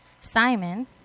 Simon